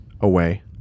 away